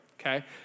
okay